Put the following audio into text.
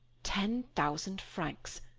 ten thousand francs.